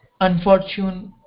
unfortunate